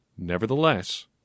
Nevertheless